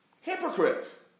Hypocrites